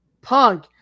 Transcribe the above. Punk